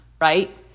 right